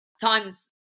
times